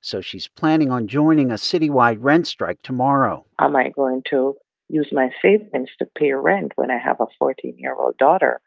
so she's planning on joining a citywide rent strike tomorrow am um i going to use my savings to pay rent when i have a fourteen year old daughter